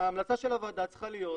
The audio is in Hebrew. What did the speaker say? וההמלצה של הוועדה צריכה להיות,